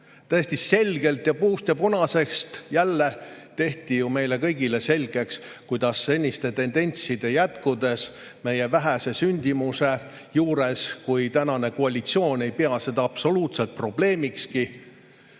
Täiesti selgeks, puust ja punaseks jälle tehti, [mis juhtub] seniste tendentside jätkudes meie vähese sündimuse juures, kui tänane koalitsioon ei pea seda absoluutset probleemikski.